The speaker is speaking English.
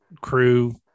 crew